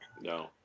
No